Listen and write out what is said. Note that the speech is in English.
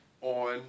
on